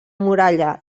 muralla